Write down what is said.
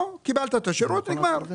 פה קיבלת את השירות, נגמר.